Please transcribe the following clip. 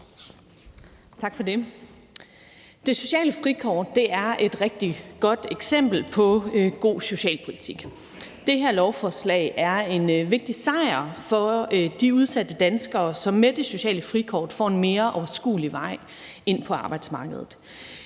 Det sociale frikort er et rigtig godt eksempel på god socialpolitik. Det her lovforslag er en vigtig sejr for de udsatte danskere, som med det sociale frikort får en mere overskuelig vej ind på arbejdsmarkedet.